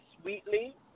sweetly